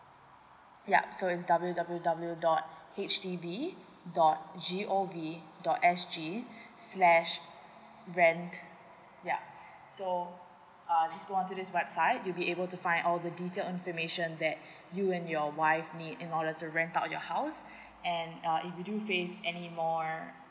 yup so is W W W dot H D B dot G O V dot S G slash rent ya so uh just go on to this website you'll be able to find all the detail information that you and your wife need in order to rent out your house and uh if you do face anymore